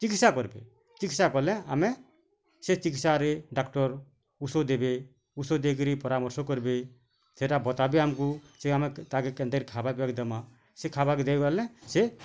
ଚିକିତ୍ସା କରବେ ଚିକିତ୍ସା କଲେ ଆମେ ସେ ଚିକିତ୍ସାରେ ଡାକ୍ତର୍ ଔଷଧ ଦେବେ ଔଷଧ ଦେଇକରି ପରାମର୍ଶ କରବେ ସେଇଟା ବତାବେ ଆମକୁ ଯେ ଆମେ ତାହାକି କେନ୍ତାରି ଖାଇବା କରକି ଦେମା ସେ ଖାଇବାକେ ଦେଇଗଲେ ସେ